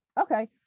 okay